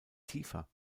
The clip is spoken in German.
tiefer